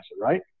right